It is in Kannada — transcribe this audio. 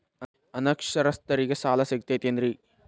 ಅನಕ್ಷರಸ್ಥರಿಗ ಸಾಲ ಸಿಗತೈತೇನ್ರಿ?